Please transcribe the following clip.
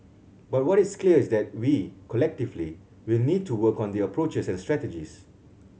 but what is clear is that we collectively will need to work on the approaches and strategies